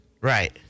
right